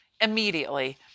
immediately